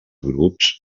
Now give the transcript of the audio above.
grups